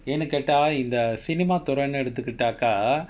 ஏன்னு கேட்டா இந்த:yaenu kaettaa intha cinema துறையை எடுத்துகிட்டா:thuraiyai eduthukuttaa